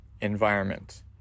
Environment